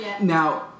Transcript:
Now